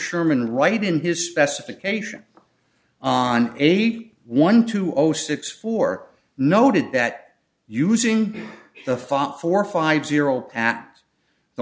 sherman right in his specification on eight one two zero six four noted that using the fought four five zero at the